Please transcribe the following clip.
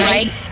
Right